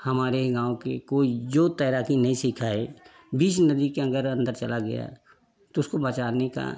हमारे गाँव के कोई जो तैराकी नहीं सीखा सिखा है बीच नदी के अंगर अंदर चला गया तो उसको बचाने का